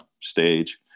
stage